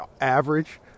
average